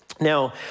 Now